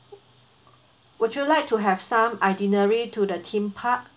would you like to have some itinerary to the theme park